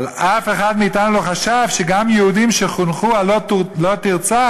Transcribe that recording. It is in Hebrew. אבל אף אחד מאתנו לא חשב שגם יהודים שחונכו על "לא תרצח",